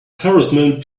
harassment